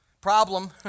problem